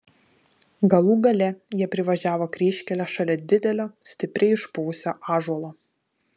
galų gale jie privažiavo kryžkelę šalia didelio stipriai išpuvusio ąžuolo